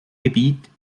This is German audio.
gebiet